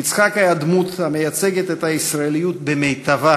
יצחק היה דמות המייצגת את הישראליות במיטבה,